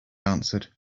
answered